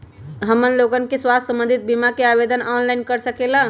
हमन लोगन के स्वास्थ्य संबंधित बिमा का आवेदन ऑनलाइन कर सकेला?